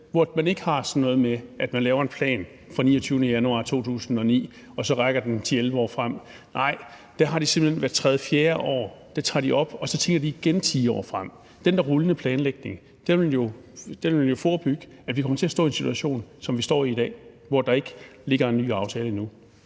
hvor man ikke har sådan noget med, at man laver en plan fra 29. januar 2009, og så rækker den 10-11 år frem. Nej, der tager de det simpelt hen op hvert 3. eller 4. år, og så kigger de igen 10 år frem. Den der rullende planlægning vil jo forebygge, at vi kommer til at stå i en situation, som vi står i i dag, hvor der ikke ligger en ny aftale endnu.